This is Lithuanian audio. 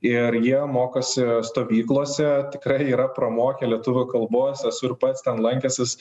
ir jie mokosi stovyklose tikrai yra pramokę lietuvių kalbos esu ir pats ten lankęsis